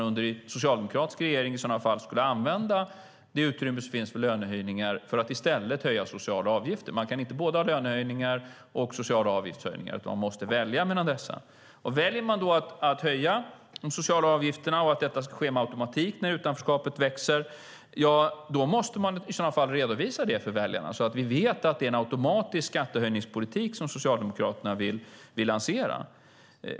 Under en socialdemokratisk regering skulle man i sådana fall använda det utrymme som finns för lönehöjningar till att i stället höja sociala avgifter. Man kan inte ha både lönehöjningar och höjningar av sociala avgifter, utan man måste välja mellan dessa. Väljer man då att höja de sociala avgifterna och att detta ska ske med automatik när utanförskapet växer måste man redovisa det för väljarna, så att vi vet att det är en automatisk skattehöjningspolitik som Socialdemokraterna vill lansera.